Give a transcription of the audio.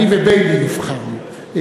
אני וביילין נבחרנו,